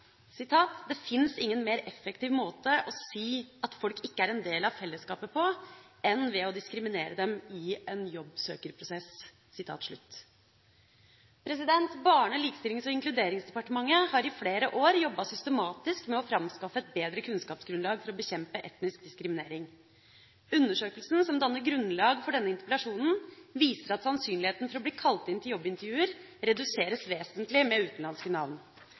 ingen mer effektiv måte å si at folk ikke er en del av fellesskapet på, enn ved å diskriminere dem i en jobbsøkerprosess.» Barne-, likestillings- og inkluderingsdepartementet har i flere år jobbet systematisk med å framskaffe et bedre kunnskapsgrunnlag for å bekjempe etnisk diskriminering. Undersøkelsen, som danner grunnlag for denne interpellasjonen, viser at sannsynligheten for å bli kalt inn til jobbintervjuer reduseres vesentlig for søkere med utenlandske navn.